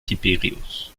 tiberius